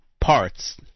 parts